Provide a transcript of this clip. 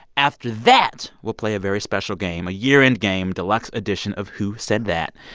after that, we'll play a very special game, a year-end game, deluxe edition of who said that.